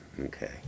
Okay